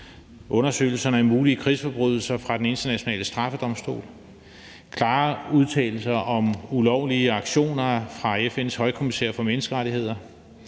undersøgelserne af mulige krigsforbrydelser fra Den Internationale Straffedomstol, klare udtalelser om ulovlige aktioner fra FN's højkommissær for menneskerettigheder,